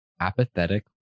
apathetic